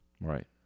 Right